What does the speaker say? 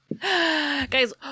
Guys